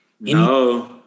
No